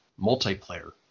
multiplayer